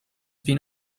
been